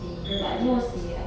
mm mm mm